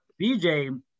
BJ